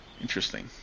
Interesting